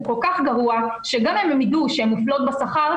כל כך גרוע שגם אם הן ידעו שהן מופלות בשכר,